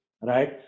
right